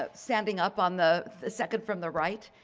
ah standing up on the the second from the right,